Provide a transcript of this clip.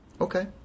Okay